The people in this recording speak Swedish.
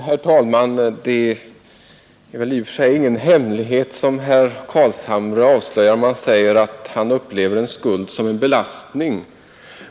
Herr talman! Det är väl i och för sig ingen hemlighet som herr Carlshamre avslöjar när han säger att han upplever en skuld som en belastning.